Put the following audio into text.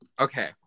okay